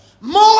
more